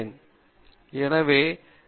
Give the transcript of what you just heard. பேராசிரியர் பிரதாப் ஹரிதாஸ் சரி